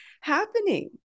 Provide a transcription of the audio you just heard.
happening